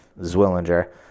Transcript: Zwillinger